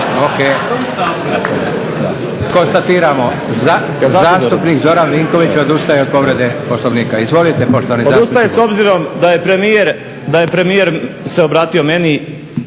Da konstatiramo, zastupnik Zoran Vinković odustaje od povrede Poslovnika. Izvolite poštovani zastupniče. **Burić, Dinko (HDSSB)** Odustaje s obzirom da je premijer se obratio meni